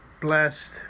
blessed